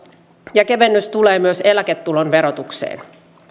ja kevennys tulee myös eläketulon verotukseen